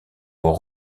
aux